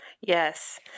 Yes